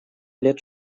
лет